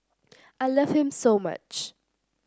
I love him so much